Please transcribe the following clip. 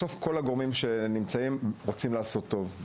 בסוף, כל הגורמים שנמצאים כאן רוצים לעשות טוב.